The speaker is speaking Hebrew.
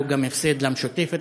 הוא גם הפסד למשותפת,